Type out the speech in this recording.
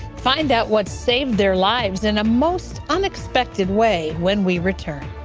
find out what saved their lives in a most unexpected way when we return.